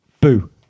boo